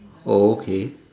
oh okay